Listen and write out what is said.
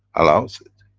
allows it.